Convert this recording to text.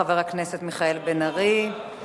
חבר הכנסת מיכאל בן-ארי,